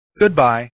Goodbye